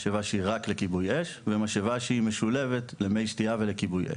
משאבה שהיא רק לכיבוי אש ומשאבה שהיא משולבת למי שתייה ולכיבוי אש.